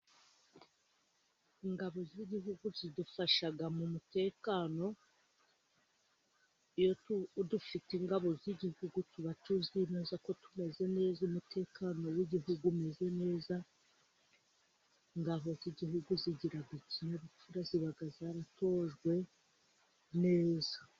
Ingabo z'igihugu zidufasha mu mutekano. Iyo dufite ingabo z'igihugu, tuba tuzi neza ko tumeze neza, umutekano w'igihugu umeze neza. Ingabo z'igihugu zigira ikinyabupfura, ziba zaratojwe neza.